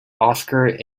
oscar